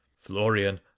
florian